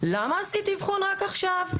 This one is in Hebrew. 'למה עשית אבחון רק עכשיו,